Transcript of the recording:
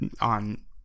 on